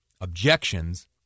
objections